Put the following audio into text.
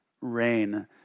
rain